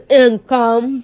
income